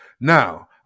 Now